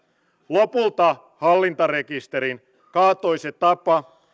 lopulta hallintarekisterin kaatoi se tapa